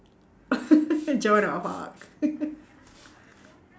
joan of arc